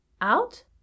out